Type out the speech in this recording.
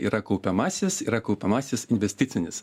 yra kaupiamasis yra kaupiamasis investicinis